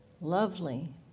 lovely